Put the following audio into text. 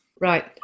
Right